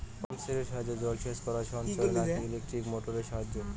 Pump সেটের সাহায্যে জলসেচ করা সাশ্রয় নাকি ইলেকট্রনিক মোটরের সাহায্যে?